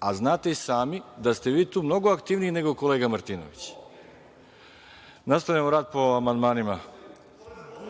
a znate i sami da ste vi tu mnogo aktivniji nego kolega Martinović. Nastavljamo rad po amandmanima. Povreda